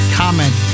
comment